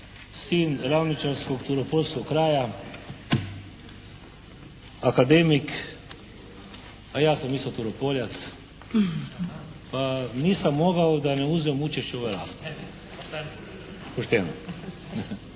sin ravničarskog turopoljskog kraja, akademik, a ja sam isto Turopoljac pa nisam mogao da ne uzmem učešće u ovoj raspravi. …